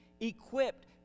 equipped